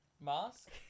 Mask